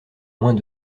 moins